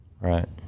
Right